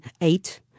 eight